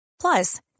Plus